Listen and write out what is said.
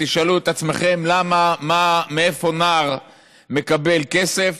אם תשאלו את עצמכם למה, מאיפה נער מקבל כסף,